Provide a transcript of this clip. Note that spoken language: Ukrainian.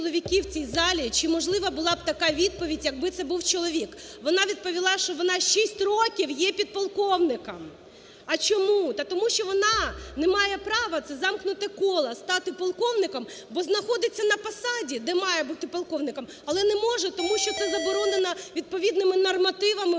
Вона відповіла, що вона шість років є підполковником. А чому? Та тому, що вона не має права - це замкнуте коло, - стати полковником, бо знаходиться на посаді, де має бути полковником, але не може, бо це заборонено відповідними нормативами,